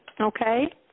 Okay